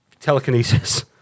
Telekinesis